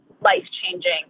life-changing